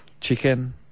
chicken